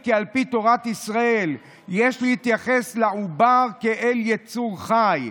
כי על פי תורת ישראל יש להתייחס לעובר כאל יצור חי.